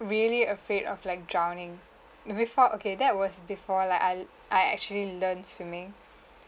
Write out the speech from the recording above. really afraid of like drowning before okay that was before like I l~ I actually learned swimming